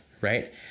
right